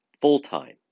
full-time